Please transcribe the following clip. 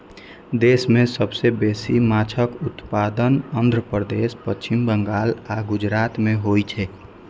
देश मे सबसं बेसी माछक उत्पादन आंध्र प्रदेश, पश्चिम बंगाल आ गुजरात मे होइ छै